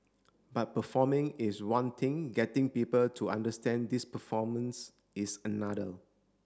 but performing is one thing getting people to understand these performance is another